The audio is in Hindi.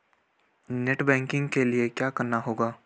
नेट बैंकिंग के लिए क्या करना होगा?